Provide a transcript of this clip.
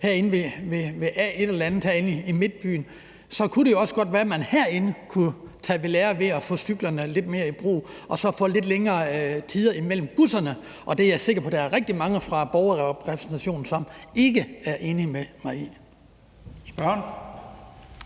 vente på et busstop herinde i midtbyen, kunne det jo også godt være, at man herinde kunne tage ved lære af at få cyklerne lidt mere i brug og så få lidt længere tid imellem busserne. Og det er jeg sikker på at der er rigtig mange fra borgerrepræsentationen som ikke er enige med mig i. Kl.